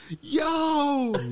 Yo